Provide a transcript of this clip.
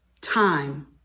time